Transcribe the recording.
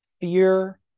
fear